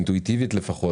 לפחות אינטואיטיבית,